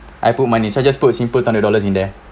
I put money so I just put simple two hundred dollars in there